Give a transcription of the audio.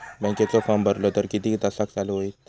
बँकेचो फार्म भरलो तर किती तासाक चालू होईत?